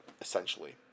essentially